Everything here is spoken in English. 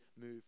move